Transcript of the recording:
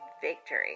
victory